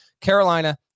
Carolina